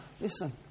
Listen